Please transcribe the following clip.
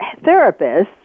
therapists